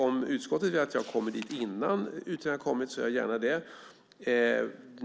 Om utskottet vill att jag kommer dit innan utredningen har kommit gör jag gärna det.